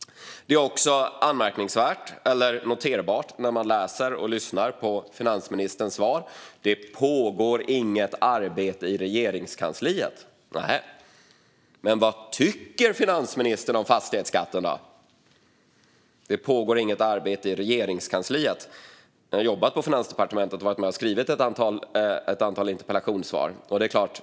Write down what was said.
Det pågår inget arbete i Regeringskansliet, säger finansministern. Nähä. Men vad tycker finansministern om fastighetsskatten? Jag har jobbat på Finansdepartementet och skrivit ett antal interpellationssvar.